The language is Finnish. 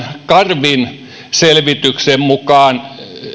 karvin selvityksen mukaan